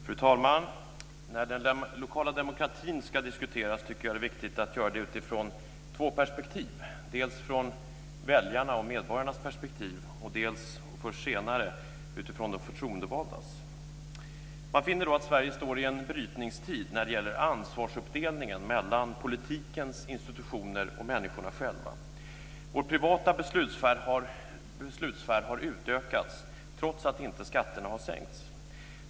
Fru talman! När den lokala demokratin ska diskuteras tycker jag att det är viktigt att göra det utifrån två perspektiv, dels från väljarnas och medborgarnas perspektiv, dels, och först senare, utifrån de förtroendevaldas. Man finner då att Sverige står i en brytningstid när det gäller ansvarsuppdelningen mellan politikens institutioner och människorna själva. Vår privata beslutssfär har utökats trots att inte skatterna har sänkts.